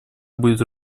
будет